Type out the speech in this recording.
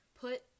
Put